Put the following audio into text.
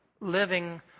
living